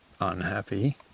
unhappy